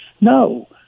No